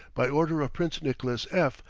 by order of prince nicholas f,